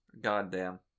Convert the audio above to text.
Goddamn